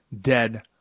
dead